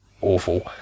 awful